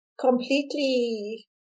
completely